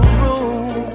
room